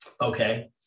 Okay